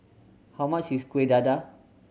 how much is Kueh Dadar